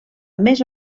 més